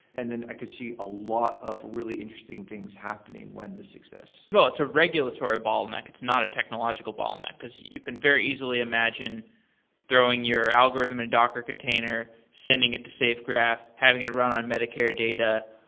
and then i could see a lot of really interesting things happening when this exist so it's a regulatory bottleneck, it's not a technological bottleneck, because you can very easily imagine throwing your algorithm in a docker container, sending it to safegraph, having it run on medicare data,